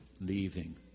leaving